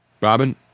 Robin